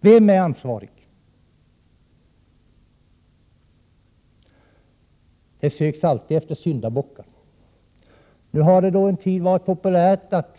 Vem är ansvarig? Det söks alltid efter syndabockar. Nu har det en tid varit populärt att